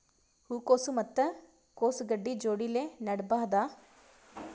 ಹೂ ಕೊಸು ಮತ್ ಕೊಸ ಗಡ್ಡಿ ಜೋಡಿಲ್ಲೆ ನೇಡಬಹ್ದ?